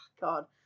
god